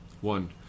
One